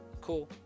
Cool